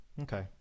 Okay